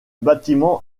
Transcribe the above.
bâtiment